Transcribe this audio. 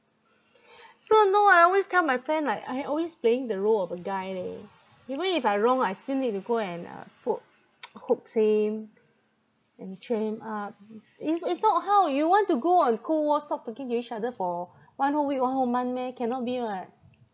so no ah I always tell my friend like I always playing the role of a guy leh even if I wrong I still need to go and uh coa~ coax him and then cheer him up if if not how you want to go on cold war stop talking to each other for one whole week one whole month meh cannot be [what]